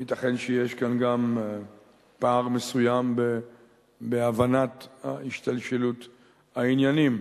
ייתכן שיש כאן גם פער מסוים בהבנת השתלשלות העניינים,